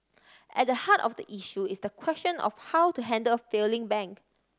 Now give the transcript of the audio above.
at a heart of the issue is the question of how to handle a failing bank